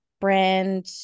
brand